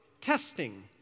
testing